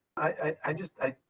i just i